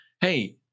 hey